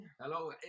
Hello